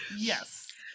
Yes